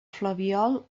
flabiol